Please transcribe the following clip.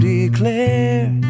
declare